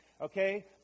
okay